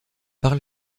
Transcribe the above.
par